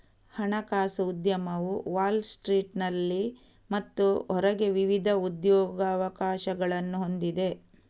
ಹಣಕಾಸು ಉದ್ಯಮವು ವಾಲ್ ಸ್ಟ್ರೀಟಿನಲ್ಲಿ ಮತ್ತು ಹೊರಗೆ ವಿವಿಧ ಉದ್ಯೋಗಾವಕಾಶಗಳನ್ನು ಹೊಂದಿದೆ